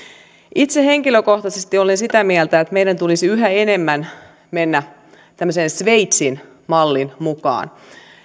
itse henkilökohtaisesti olen sitä mieltä että meidän tulisi yhä enemmän mennä tämmöisen sveitsin mallin mukaan